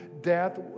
Death